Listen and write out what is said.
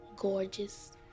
Gorgeous